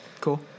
Cool